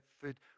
food